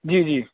جی جی